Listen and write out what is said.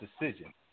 decision